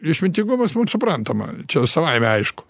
išmintingumas mum suprantama čia savaime aišku